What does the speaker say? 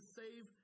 save